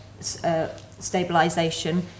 stabilisation